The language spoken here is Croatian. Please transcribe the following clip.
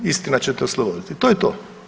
Istina će te osloboditi, to je to.